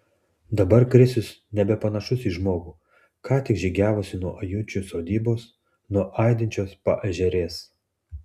dabar krisius nebepanašus į žmogų ką tik žygiavusį nuo ajučių sodybos nuo aidinčios paežerės